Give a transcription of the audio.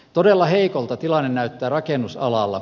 todella heikolta tilanne näyttää rakennusalalla